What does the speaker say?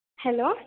hello